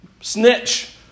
snitch